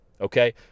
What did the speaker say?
okay